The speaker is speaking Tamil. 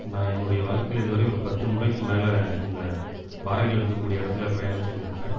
நான் என்னுடைய வாழ்க்கையில் இது வரையும் ஒரு பத்து முறைக்கு மேல் இந்த பாறைகள் இருக்கக் கூடிய இடத்துல பயணம் செஞ்சுருப்பேன்